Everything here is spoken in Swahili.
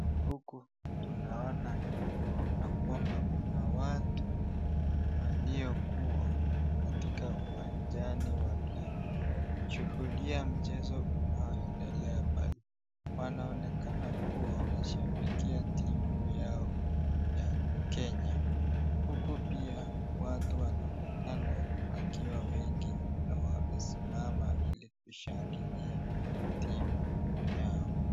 Huku tunaona ya kwamba kuna watu waliokuwa katika uwanjani wakishuhudia mchezo unaoendelea pale. Wanaonekana kuwa wanashambikia timu yao ya Kenya uku pia watu wanaonekana wakiwa wengi na wamesimama ili kushangilia timu yao.